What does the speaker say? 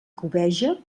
cobeja